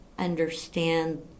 understand